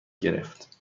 گرفت